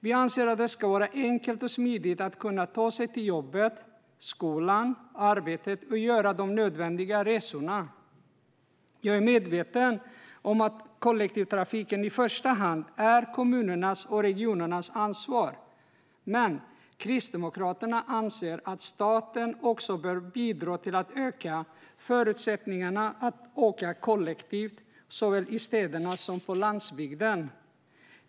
Vi anser att det ska vara enkelt och smidigt att kunna ta sig till jobbet och skolan. Jag är medveten om att kollektivtrafiken i första hand är kommunernas och regionernas ansvar, men Kristdemokraterna anser att även staten bör bidra till att öka förutsättningarna för att åka kollektivt såväl i städerna som på landsbygden.